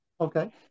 okay